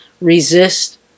resist